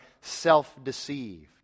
self-deceived